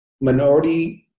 minority